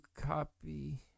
copy